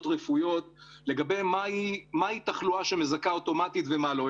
רפואיות לגבי מהי תחלואה שמזכה אוטומטית ומה לא.